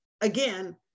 again